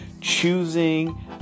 choosing